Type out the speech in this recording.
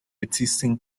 existen